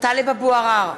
טלב אבו עראר,